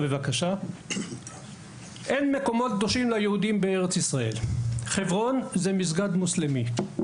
ו׳ - ״אין מקומות קדושים ליהודים בארץ ישראל״: חברון זה מסגד מוסלמי,